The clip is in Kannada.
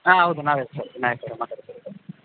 ಹಾಂ ಹೌದು ನಾವೇ ಸರ್ ನಾಗೇಶ್ ಅವರೆ ಮಾತಾಡ್ತಿರೋದು